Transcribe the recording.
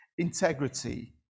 integrity